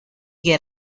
get